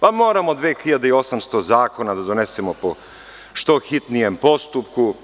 Pa – moramo 2800 zakona da donesemo po što hitnijem postupku.